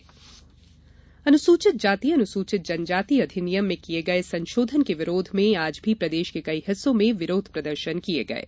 विरोध प्रदर्शन अनुसूचित जाति अनुसूचित जनजाति अधिनियम में किये गये संशोधन के विरोध में आज भी प्रदेश के कई हिस्सों में विरोध प्रदर्शन किये गये